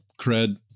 cred